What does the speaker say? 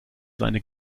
seine